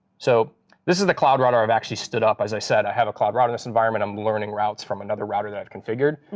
so this is the cloud router i've actually stood up. as i said, i have a cloud router in this environment. i'm learning routes from another router that i've configured.